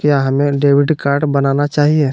क्या हमें debit card बनाना चाहिए?